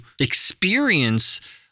experience